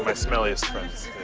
um smelliest friends,